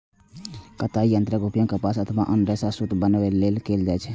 कताइ यंत्रक उपयोग कपास अथवा आन रेशा सं सूत बनबै लेल कैल जाइ छै